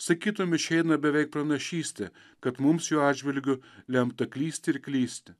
sakytum išeina beveik pranašystė kad mums jo atžvilgiu lemta klysti ir klysti